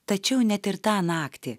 tačiau net ir tą naktį